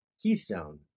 Keystone